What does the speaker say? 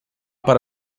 para